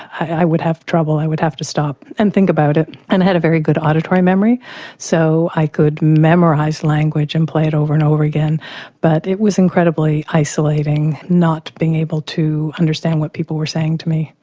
i would have trouble. i would have to stop and think about it. i had a very good auditory memory so i could memorise language and play it over and over again but it was incredibly isolating not being able to understand what people were saying to me.